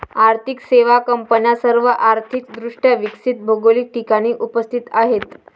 आर्थिक सेवा कंपन्या सर्व आर्थिक दृष्ट्या विकसित भौगोलिक ठिकाणी उपस्थित आहेत